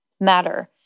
matter